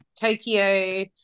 Tokyo